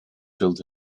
filled